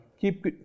keep